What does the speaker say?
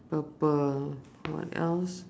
purple what else